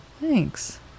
Thanks